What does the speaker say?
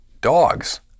dogs